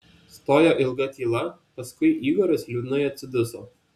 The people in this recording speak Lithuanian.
stojo ilga tyla paskui igoris liūdnai atsiduso